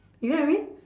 you know what I mean